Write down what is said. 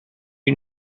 you